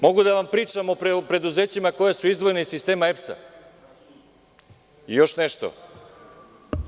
Mogu da vam pričam o preduzećima koja su izdvojena iz sistema EPS-a.